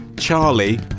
Charlie